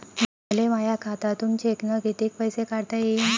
मले माया खात्यातून चेकनं कितीक पैसे काढता येईन?